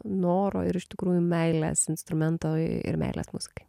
noro ir iš tikrųjų meilės instrumentui ir meilės muzikai